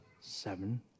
seven